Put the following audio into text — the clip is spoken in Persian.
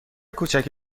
کوچک